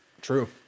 True